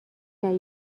کرد